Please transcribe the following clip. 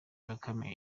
bakame